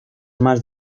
más